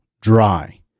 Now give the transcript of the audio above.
dry